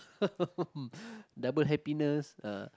double happiness ah